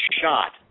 shot